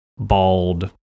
Bald